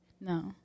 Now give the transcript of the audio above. No